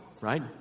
right